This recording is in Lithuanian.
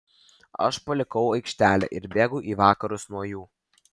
aš palikau aikštelę ir bėgau į vakarus nuo jų